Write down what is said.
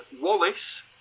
Wallace